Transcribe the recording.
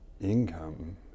income